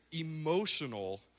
emotional